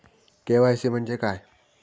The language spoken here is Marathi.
के.वाय.सी म्हणजे काय?